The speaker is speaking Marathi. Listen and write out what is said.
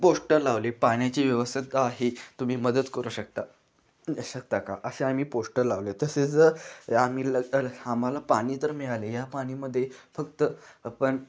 पोष्टर लावले पाण्याचे व्यवस्थित का आहे तुम्ही मदत करू शकता शकता का असे आम्ही पोष्टर लावले तसेच आम्ही ल आम्हाला पाणी तर मिळाले या पाणीमध्ये फक्त पण